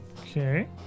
Okay